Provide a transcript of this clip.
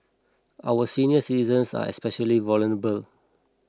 our senior citizens are especially vulnerable